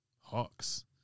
Hawks